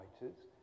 writers